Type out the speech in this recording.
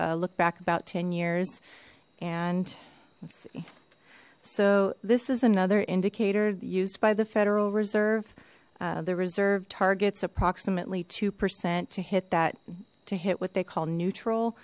look back about ten years and so this is another indicator used by the federal reserve the reserve targets approximately two percent to hit that to hit what they call